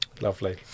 Lovely